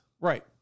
Right